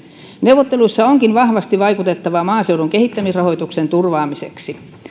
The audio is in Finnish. neuvotteluissa onkin vahvasti vaikutettava maaseudun kehittämisrahoituksen turvaamiseksi